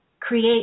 create